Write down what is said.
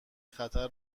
خطر